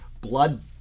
blood